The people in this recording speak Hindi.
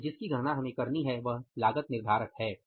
तो जिसकी गणना हमें करनी है वह लागत निर्धारक है